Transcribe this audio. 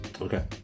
Okay